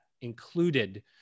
included